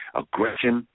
aggression